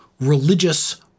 religious